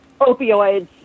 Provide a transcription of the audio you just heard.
opioids